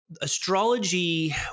astrology